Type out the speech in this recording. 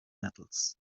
metals